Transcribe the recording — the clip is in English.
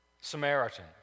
Samaritan